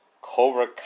Cobra